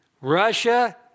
Russia